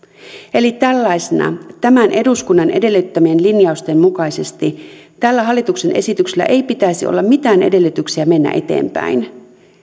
eli tällaisena tämän eduskunnan edellyttämien linjausten mukaisesti tällä hallituksen esityksellä ei pitäisi olla mitään edellytyksiä mennä eteenpäin